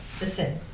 listen